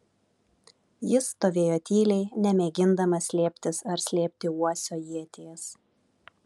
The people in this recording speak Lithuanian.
jis stovėjo tyliai nemėgindamas slėptis ar slėpti uosio ieties